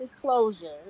closure